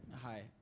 Hi